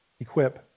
equip